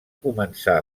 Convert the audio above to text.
començar